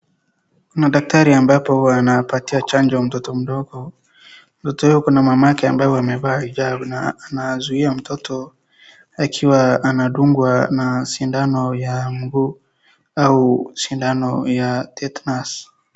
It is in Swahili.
Madaktari ambapo wanapatia chanjo mtoto mdogo. Mtoto huyo wako na mamake ambaye amevaa hijab na anazuia mtoto akiwa anadungwa sindano ya mguu au sindano ya tetanus .